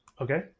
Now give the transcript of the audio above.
Okay